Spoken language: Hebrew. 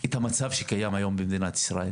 את המצב שקיים היום במדינת ישראל.